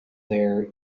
there